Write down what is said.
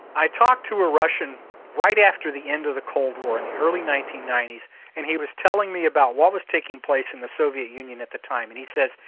i talked to a russian right after the end of the cold war in the early nineteen ninety s and he was telling me about what was taking place in the soviet union at the time, and he said,